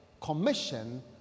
commission